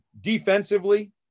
defensively